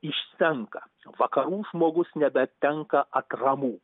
išsenka vakarų žmogus nebetenka atramų